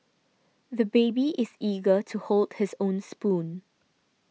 the baby is eager to hold his own spoon